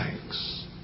thanks